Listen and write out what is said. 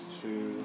two